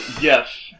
Yes